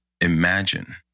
Imagine